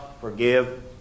forgive